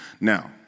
Now